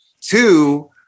Two